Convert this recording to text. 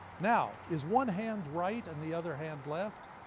now is one hand right and the other hand left,